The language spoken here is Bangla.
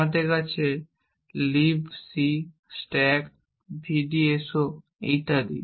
আমাদের কাছে libc stack vdso ইত্যাদি